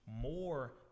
more